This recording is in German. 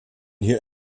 hier